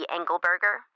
Engelberger